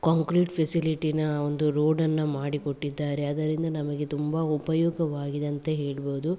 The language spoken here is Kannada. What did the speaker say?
ಕಾಂಕ್ರೀಟ್ ಫೆಸಿಲಿಟಿನ ಒಂದು ರೋಡನ್ನು ಮಾಡಿಕೊಟ್ಟಿದ್ದಾರೆ ಅದರಿಂದ ನಮಗೆ ತುಂಬ ಉಪಯೋಗವಾಗಿದೆ ಅಂತ ಹೇಳ್ಬಹುದು